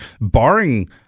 barring